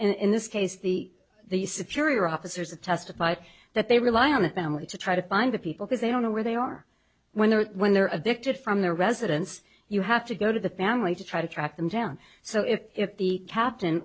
in this case the the superior officers testified that they rely on the family to try to find the people because they don't know where they are when they're when they're addicted from their residence you have to go to the family to try to track them down so if the captain